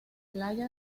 playa